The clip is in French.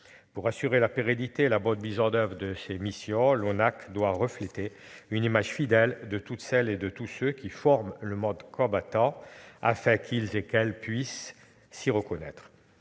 Pour assurer la pérennité et la mise en oeuvre de ses missions, l'ONACVG doit refléter une image fidèle de toutes celles et de tous ceux qui forment le monde combattant, afin qu'elles et ils puissent s'y reconnaître.